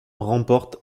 remporte